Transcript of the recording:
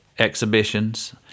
exhibitions